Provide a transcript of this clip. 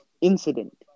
incident